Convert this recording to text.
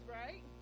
right